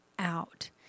Out